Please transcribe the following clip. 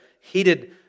heated